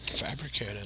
fabricated